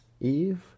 Eve